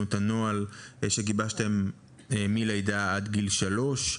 את הנוהל שגיבשתם מלידה ועד גיל שלוש.